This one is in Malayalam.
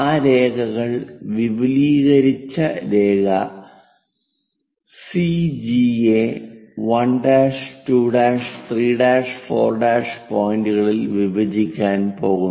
ഈ രേഖകൾ വിപുലീകരിച്ച രേഖ സിജി യെ 1' 2' 3' 4' പോയിന്ററുകളിൽ വിഭജിക്കാൻ പോകുന്നു